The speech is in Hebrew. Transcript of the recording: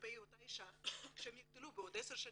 כלפי אותה אישה כשהם יגדלו בעוד 10 שנים,